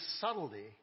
subtlety